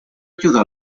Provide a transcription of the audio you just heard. ayuda